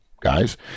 guys